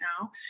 now